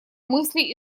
мысли